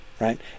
Right